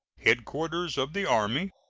headquarters of the army,